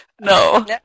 No